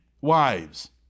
wives